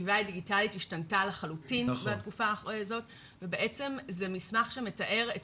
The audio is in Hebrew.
הסביבה הדיגיטלית השתנתה לחלוטין בתקופה הזאת ובעצם זה מסמך שמתאר את